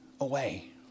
away